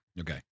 okay